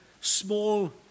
small